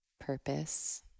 purpose